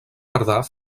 tardar